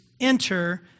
enter